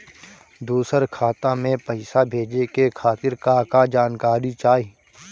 दूसर खाता में पईसा भेजे के खातिर का का जानकारी चाहि?